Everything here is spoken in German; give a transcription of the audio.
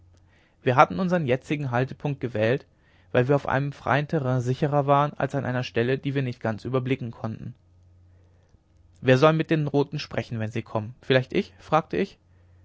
wir hatten unsern jetzigen haltepunkt ausgewählt weil wir auf einem freien terrain sicherer waren als an einer stelle die wir nicht ganz überblicken konnten wer soll mit den roten sprechen wenn sie kommen vielleicht ich fragte ich